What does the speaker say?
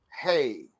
hey